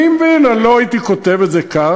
אני מבין, אני לא הייתי כותב את זה כך.